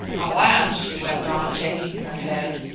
alas! she went on, shaking her head,